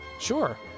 sure